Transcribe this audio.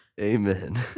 amen